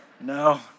No